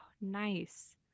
Nice